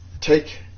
take